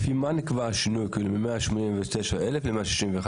הרשימה הערבית המאוחדת): לפי מה נקבע השינוי מ-189,000 ל-161,000?